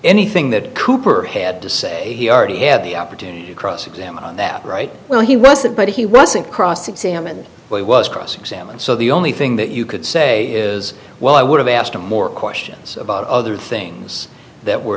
anything that cooper had to say he already had the opportunity to cross examine on that right well he wasn't but he wasn't cross examined when he was cross examined so the only thing that you could say is well i would have asked him more questions about other things that were